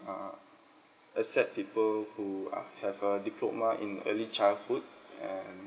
uh accept people who uh have a diploma in early childhood and